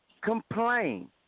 complain